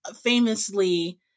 famously